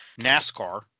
NASCAR